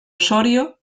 osorio